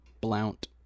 Blount